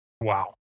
Wow